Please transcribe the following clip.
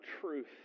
truth